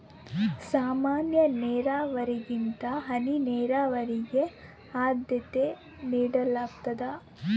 ಸಾಮಾನ್ಯ ನೇರಾವರಿಗಿಂತ ಹನಿ ನೇರಾವರಿಗೆ ಆದ್ಯತೆ ನೇಡಲಾಗ್ತದ